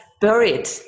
buried